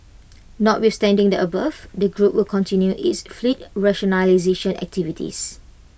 notwithstanding the above the group will continue its fleet rationalisation activities